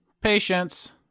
Patience